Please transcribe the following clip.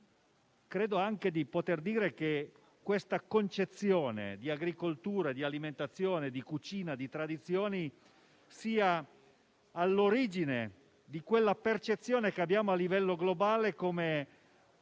Credo anche di poter dire che questa concezione di agricoltura, alimentazione, cucina e tradizioni sia all'origine della percezione, che presenta a livello globale, di un